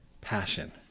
passion